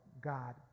God